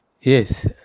Yes